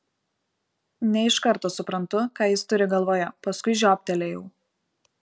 ne iš karto suprantu ką jis turi galvoje paskui žioptelėjau